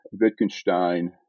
Wittgenstein